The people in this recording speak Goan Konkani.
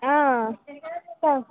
आं सांग